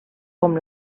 com